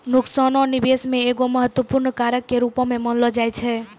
नुकसानो निबेश मे एगो महत्वपूर्ण कारक के रूपो मानलो जाय छै